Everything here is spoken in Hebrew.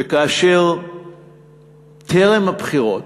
וכאשר טרם הבחירות,